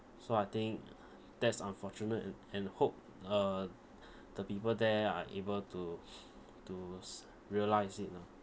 so I think that's unfortunate and and hope uh the people there are able to to s~ realise it lah